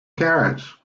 carrots